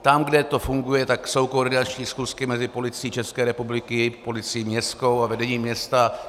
Tam, kde to funguje, jsou koordinační schůzky mezi Policií České republiky i policií městskou a vedení města.